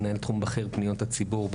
מנהל תחום בכיר פניות הציבור,